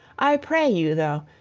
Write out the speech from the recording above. i pray you, though,